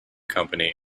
company